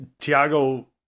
Tiago